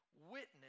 witness